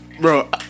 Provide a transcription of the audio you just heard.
Bro